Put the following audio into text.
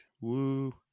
Woo